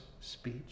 speech